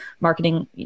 marketing